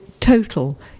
Total